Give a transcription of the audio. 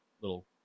little